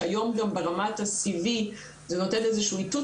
שהיום גם ברמת ה-CV זה נותן איזה שהוא איתות